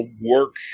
work